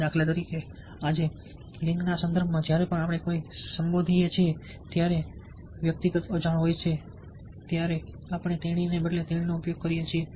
દાખલા તરીકે આજે લિંગના સંદર્ભમાં જ્યારે પણ આપણે કોઈને સંબોધીએ છીએ ત્યારે જ્યારે વ્યક્તિ અજાણ હોય ત્યારે આપણે તેણીને બદલે તેણીનો ઉપયોગ કરીએ છીએ